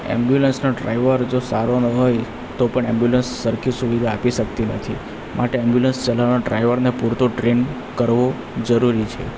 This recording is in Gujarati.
ઍમ્બ્યુલન્સનો ડ્રાઈવર જો સારો ન હોય તો પણ ઍમ્બ્યુલન્સ સરખી સુવિધા આપી શકતી નથી માટે ઍમ્બ્યુલન્સ ચલાવનાર ડ્રાઇવરને પૂરતો ટ્રેન કરવો જરૂરી છે